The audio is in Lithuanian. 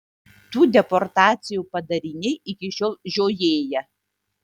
tų deportacijų padariniai iki šiol žiojėja